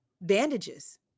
bandages